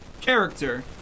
character